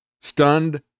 Stunned